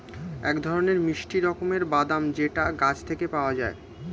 এক ধরনের মিষ্টি রকমের বাদাম যেটা গাছ থেকে পাওয়া যায়